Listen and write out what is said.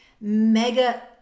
mega